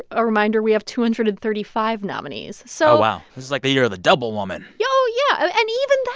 a reminder, we have two hundred and thirty five nominees. so. oh, wow. this is like the year of the double woman yeah oh, yeah. and even then,